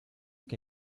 que